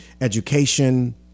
education